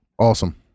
Awesome